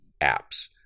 apps